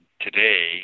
today